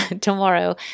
tomorrow